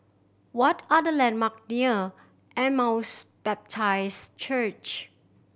what are the landmark near Emmaus Baptist Church